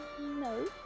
No